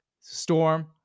storm